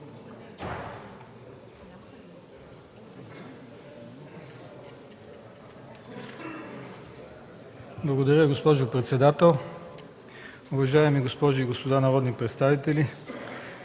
Благодаря Ви, госпожо председател. Уважаеми госпожи и господа народни представители,